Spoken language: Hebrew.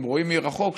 אם רואים מרחוק,